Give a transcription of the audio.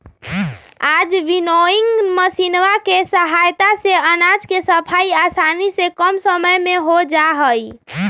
आज विन्नोइंग मशीनवा के सहायता से अनाज के सफाई आसानी से कम समय में हो जाहई